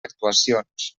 actuacions